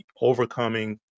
overcoming